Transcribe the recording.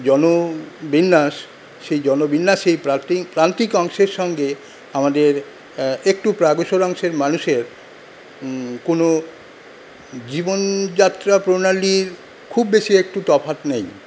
জনবিন্যাস সেই জনবিন্যাসেই প্রারতি প্রান্তিক অংশের সঙ্গে আমাদের একটু অংশের মানুষের কোন জীবনযাত্রা প্রণালীর খুব বেশি একটু তফাৎ নেই